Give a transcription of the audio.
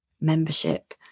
membership